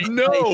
no